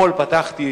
אתמול פתחתי